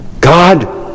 God